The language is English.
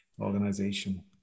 organization